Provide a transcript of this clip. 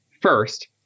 First